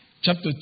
chapter